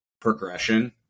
progression